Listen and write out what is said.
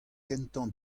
kentañ